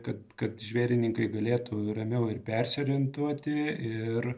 kad kad žvėrininkai galėtų ramiau ir persiorientuoti ir